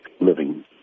living